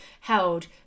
held